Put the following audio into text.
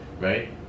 right